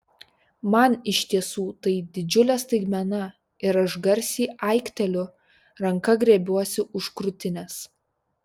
man iš tiesų tai didžiulė staigmena ir aš garsiai aikteliu ranka griebiuosi už krūtinės